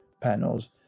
panels